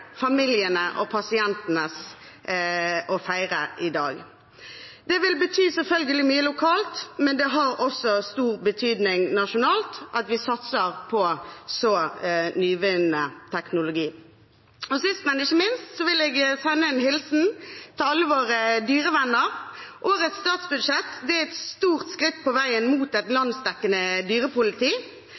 familiene og pasientenes å feire i dag. Det vil selvfølgelig bety mye lokalt, men det har også stor betydning nasjonalt at vi satser på så nyvunnen teknologi. Sist, men ikke minst vil jeg sende en hilsen til alle våre dyrevenner. Årets statsbudsjett er et stort skritt på veien mot et landsdekkende dyrepoliti.